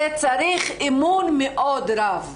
זה מצריך אמון רב מאוד,